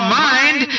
mind